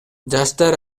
жаштар